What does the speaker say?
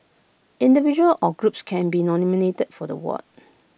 individual or groups can be nominated for the award